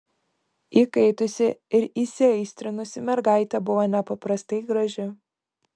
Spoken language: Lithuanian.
įkaitusi ir įsiaistrinusi mergaitė buvo nepaprastai graži